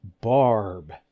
Barb